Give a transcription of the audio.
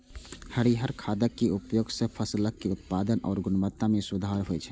हरियर खादक उपयोग सं फसलक उत्पादन आ गुणवत्ता मे सुधार होइ छै